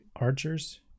archers